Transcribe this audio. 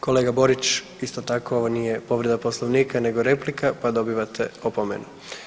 Kolega Borić, isto tako ovo nije povreda Poslovnika nego replika, pa dobivate opomenu.